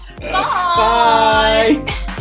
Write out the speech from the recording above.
Bye